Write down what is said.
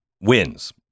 wins